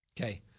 Okay